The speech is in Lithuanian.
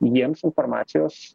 jiems informacijos